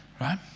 right